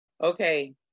Okay